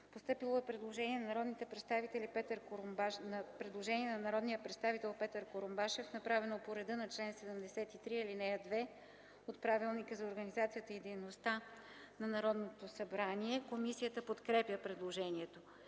По § 25 има предложение на народния представител Ивайло Тошев, направено по реда на чл. 73, ал. 2, т. 2 от Правилника за организацията и дейността на Народното събрание. Комисията подкрепя предложението.